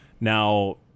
now